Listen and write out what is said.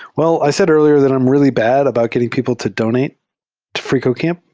well, i said earlier that i'm really bad about getting people to donate to freecodecam.